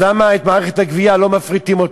אז למה את מערכת הגבייה לא מפריטים?